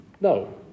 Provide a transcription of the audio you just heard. No